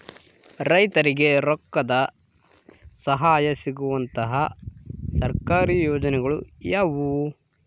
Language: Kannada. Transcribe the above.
ರೈತರಿಗೆ ರೊಕ್ಕದ ಸಹಾಯ ಸಿಗುವಂತಹ ಸರ್ಕಾರಿ ಯೋಜನೆಗಳು ಯಾವುವು?